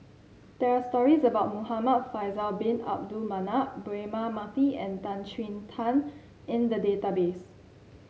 there're stories about Muhamad Faisal Bin Abdul Manap Braema Mathi and Tan Chin Tuan in the database